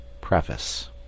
Preface